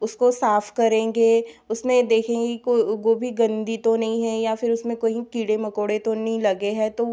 उसको साफ करेंगे उसमें देखेंगे को गोभी गंदी तो नहीं है या फिर उसमें कहीं कीड़े मकौड़े तो नहीं लगे हैं तो